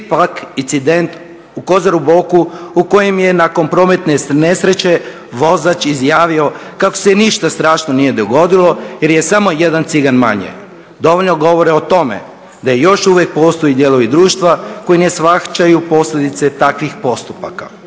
pak incident u Kozari boku u kojem je nakon prometne nesreće vozač izjavio kako se ništa strašno nije dogodilo jer je samo jedan cigan manje dovoljno govore o tome da još uvijek postoje dijelovi društva koji ne shvaćaju posljedice takvih postupaka.